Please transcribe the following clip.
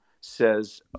says